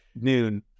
noon